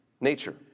nature